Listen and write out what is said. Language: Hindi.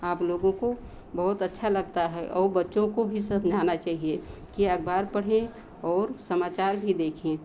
आप लोगों को बहुत अच्छा लगता है और बच्चों को भी समझाना चहिए कि अखबार पढ़े और समाचार भी देखें